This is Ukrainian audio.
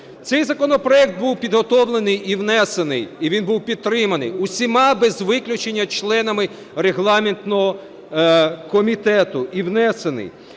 Цей законопроект був підготовлений і внесений, і він був підтриманий усіма без виключення членами регламентного комітету, і внесений.